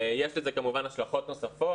יש לזה כמובן השלכות נוספות,